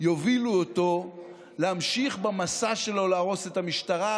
יובילו אותו להמשיך במסע שלו להרוס את המשטרה,